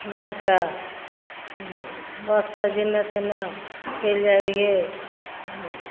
हमे आरके बससँ जेने तेने चलि जाइ रहियै